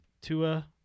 Tua